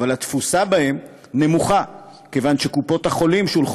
6839 ו-6834 בנושא: בובות חיילים ודגלי